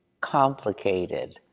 complicated